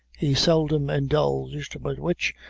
he seldom indulged, but which,